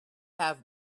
have